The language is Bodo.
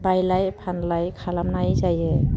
बायलाय फानलाय खालामनाय जायो